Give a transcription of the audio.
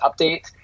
update